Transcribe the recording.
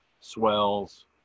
swells